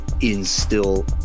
instill